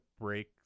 break